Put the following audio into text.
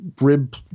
rib